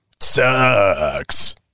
Sucks